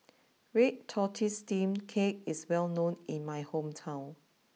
Red Tortoise Steamed Cake is well known in my hometown